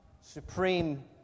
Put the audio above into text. supreme